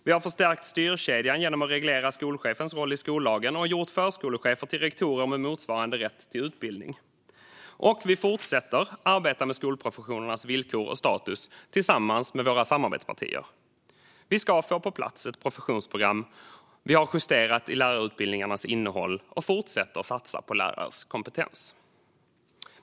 Vi har förstärkt styrkedjan genom att reglera skolchefens roll i skollagen och gjort förskolechefer till rektorer med motsvarande rätt till utbildning. Och vi fortsätter att arbeta med skolprofessionernas villkor och status tillsammans med våra samarbetspartier. Vi ska få ett professionsprogram på plats. Vi har justerat i lärarutbildningarnas innehåll och fortsätter att satsa på lärares kompetens.